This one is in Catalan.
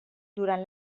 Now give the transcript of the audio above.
durant